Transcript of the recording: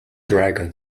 dragon